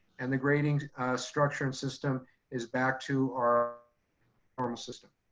and the grading structure and system is back to our normal system.